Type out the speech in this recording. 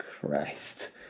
Christ